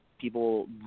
people